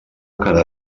quedar